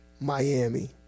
Miami